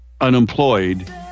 unemployed